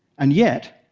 and yet,